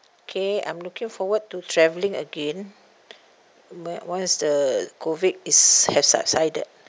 okay I'm looking forward to traveling again o~ once the COVID is have subsided